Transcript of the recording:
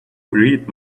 read